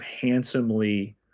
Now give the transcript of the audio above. handsomely